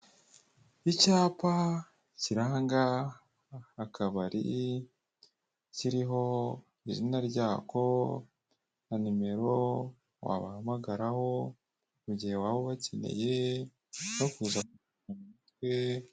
Icyapa kiranga akabari kiriho izina ryako na nimero wabahamagaraho mu gihe waba ubakeneye no kuza ...